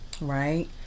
right